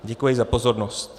Děkuji za pozornost.